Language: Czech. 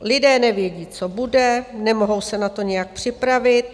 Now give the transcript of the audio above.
Lidé nevědí, co bude, nemohou se na to nějak připravit.